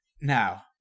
Now